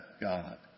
God